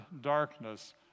darkness